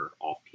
off